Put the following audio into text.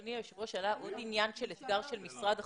אדוני היושב ראש עלה עוד עניין של אתגר של משרד החוץ,